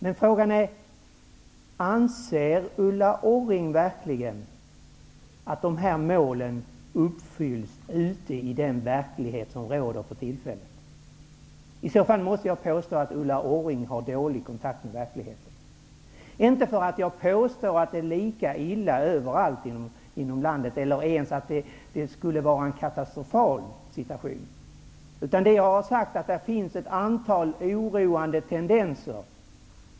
Men frågan är om Ulla Orring verkligen anser att dessa mål uppfylls ute i den verklighet som råder för tillfället. I så fall måste jag påstå att Ulla Orring har dålig kontakt med verkligheten. Jag påstår inte att det är lika illa överallt i landet eller att det skulle vara en katastrofal situation. Jag har sagt att det finns ett antal oroande tendenser.